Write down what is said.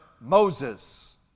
Moses